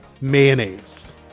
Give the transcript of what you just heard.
mayonnaise